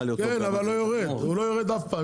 אבל הוא לא יורד אף פעם.